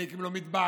זה הקים לו מטבח,